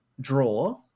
draw